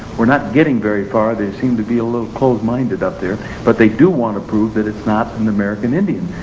we're not getting very far they seem to be a little closed minded up there but they do want to prove that it's not an american indian.